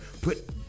Put